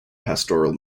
pastoral